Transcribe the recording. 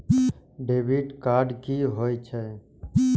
Debit card की होय छेय?